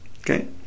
okay